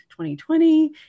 2020